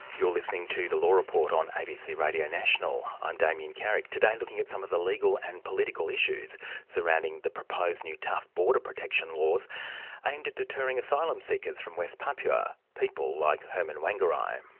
you're listening to the law report on abc radio national. i'm damien carrick, today looking at some of the legal and political issues surrounding the proposed new tough border protection laws aimed at deterring asylum seekers from west papua, people like herman wangiraii.